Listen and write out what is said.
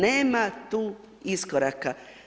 Nema tu iskoraka.